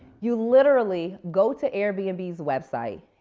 you literally go to airbnb's website.